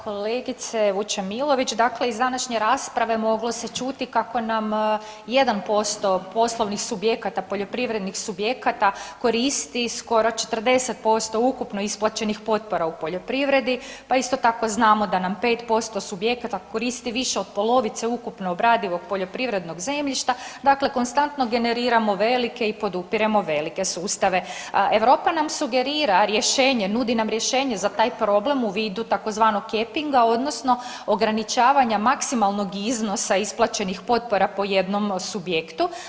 Kolegice Vučemilović, dakle iz današnje rasprave moglo se čuti kako nam 1% poslovnih subjekata, poljoprivrednih subjekata koristi skoro 40% ukupno isplaćenih potpora u poljoprivredi, pa isto tako znamo da nam 5% subjekata koristi više od polovice ukupno obradivog poljoprivrednog zemljišta, dakle konstantno generiramo velike i podupiremo velike sustave, a Europa nam sugerira rješenje, nudi nam rješenje za taj problem u vidu tzv. kepinga odnosno ograničavanja maksimalnog iznosa isplaćenih potpora po jednom subjektu.